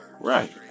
right